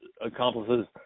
accomplices